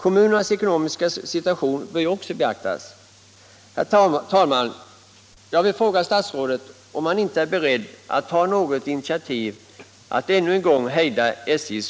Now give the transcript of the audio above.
Kommunernas ekonomiska situation bör också beaktas.